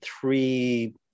three